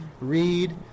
read